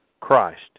Christ